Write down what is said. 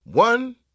One